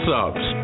Subs